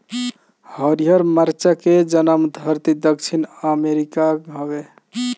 हरिहर मरचा के जनमधरती दक्षिण अमेरिका हवे